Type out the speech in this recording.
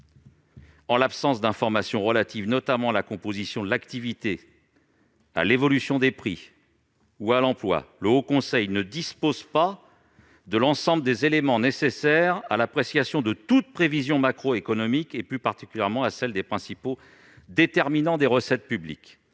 En l'absence d'informations relatives notamment à la composition de l'activité, à l'évolution des prix ou à l'emploi, le Haut Conseil ne dispose pas de l'ensemble des éléments nécessaires à l'appréciation de toute prévision macroéconomique et plus particulièrement à celle des principaux déterminants des recettes publiques.